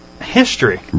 history